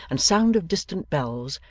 and sound of distant bells,